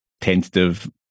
tentative